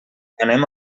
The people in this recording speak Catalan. anem